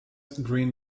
green